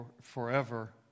forever